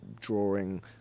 drawing